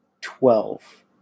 Twelve